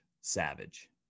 Savage